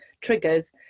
triggers